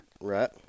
Right